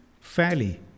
fairly